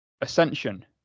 Ascension